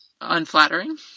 Unflattering